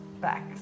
back